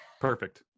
Perfect